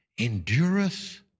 endureth